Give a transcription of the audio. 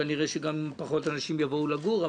כנראה שגם פחות אנשים יבואו לגור,